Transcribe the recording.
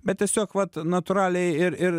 bet tiesiog vat natūraliai ir ir